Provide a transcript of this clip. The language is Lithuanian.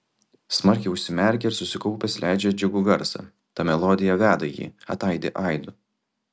smarkiai užsimerkia ir susikaupęs leidžia džiugų garsą ta melodija veda jį ataidi aidu